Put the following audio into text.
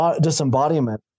disembodiment